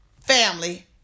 family